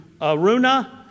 Aruna